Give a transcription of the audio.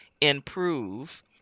improve